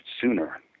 sooner